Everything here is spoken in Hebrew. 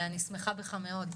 אני שמחה בך מאוד.